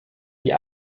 die